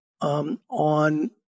on